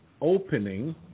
opening